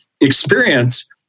experience